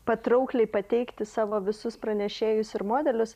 patraukliai pateikti savo visus pranešėjus ir modelius